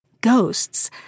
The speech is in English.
Ghosts